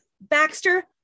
Baxter